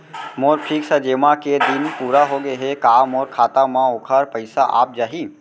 मोर fix जेमा के दिन पूरा होगे हे का मोर खाता म वोखर पइसा आप जाही?